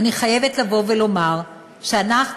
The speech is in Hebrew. אני חייבת לבוא ולומר שאנחנו,